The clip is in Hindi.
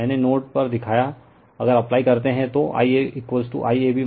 मैने नोड पर दिखाया अगर अप्लाई करते हैं तो Ia IAB ICA होगा